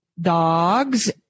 dogs